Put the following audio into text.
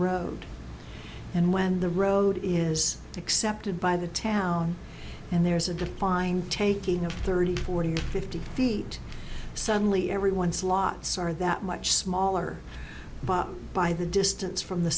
road and when the road is accepted by the town and there's a defined taking of thirty forty or fifty feet suddenly everyone slots are that much smaller by the distance from the